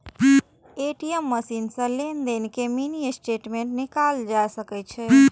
ATM machine सं लेनदेन के मिनी स्टेटमेंट निकालल जा सकै छै